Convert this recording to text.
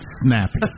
snappy